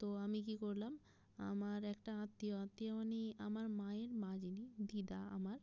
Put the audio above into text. তো আমি কী করলাম আমার একটা আত্মীয় আত্মীয় মানে আমার মায়ের মা যিনি দিদা আমার